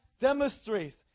demonstrates